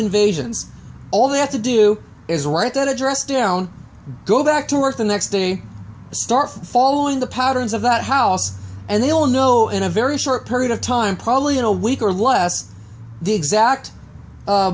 invasions all they have to do is write that address down go back to work the next day start following the patterns of that house and they will know in a very short period of time probably in a week or less the exact